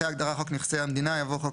אחרי ההגדרה "חוק נכסי המדינה" יבוא: ""חוק